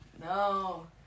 No